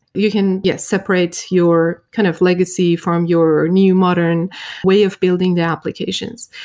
you can, yeah, separate your kind of legacy from your new modern way of building the applications.